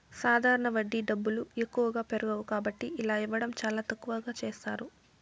సాధారణ వడ్డీ డబ్బులు ఎక్కువగా పెరగవు కాబట్టి ఇలా ఇవ్వడం చాలా తక్కువగా చేస్తారు